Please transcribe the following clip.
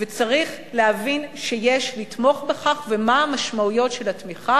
וצריך להבין שיש לתמוך בכך ומה המשמעויות של התמיכה.